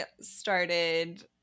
started